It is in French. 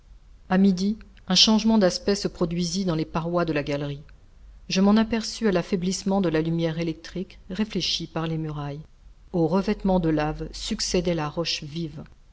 à midi un changement d'aspect se produisit dans les parois de la galerie je m'en aperçus à l'affaiblissement de la lumière électrique réfléchie par les murailles au revêtement de lave succédait la roche vive